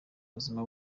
buzima